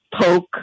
poke